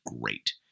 great